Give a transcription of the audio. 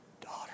daughter